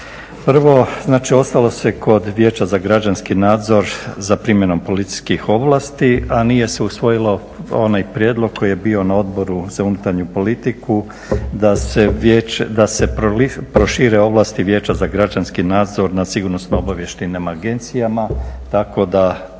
Prvo, znači ostalo se kod Vijeća za građanski nadzor za primjenom policijskih ovlasti, a nije se usvojilo onaj prijedlog koji je bio na Odboru za unutarnju politiku da se prošire ovlasti Vijeća za građanski nadzor nad sigurnosno-obavještajnim agencijama tako da